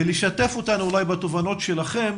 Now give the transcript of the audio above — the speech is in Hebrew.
ולשתף אותנו אולי בתובנות שלכם,